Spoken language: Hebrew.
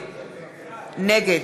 נגד